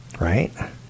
right